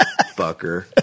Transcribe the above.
Fucker